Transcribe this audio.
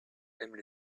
aiment